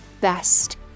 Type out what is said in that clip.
best